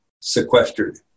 sequestered